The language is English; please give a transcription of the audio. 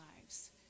lives